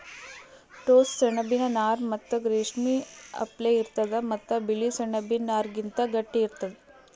ಟೋಸ್ಸ ಸೆಣಬಿನ್ ನಾರ್ ಮೆತ್ತಗ್ ರೇಶ್ಮಿ ಅಪ್ಲೆ ಇರ್ತದ್ ಮತ್ತ್ ಬಿಳಿ ಸೆಣಬಿನ್ ನಾರ್ಗಿಂತ್ ಗಟ್ಟಿ ಇರ್ತದ್